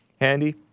handy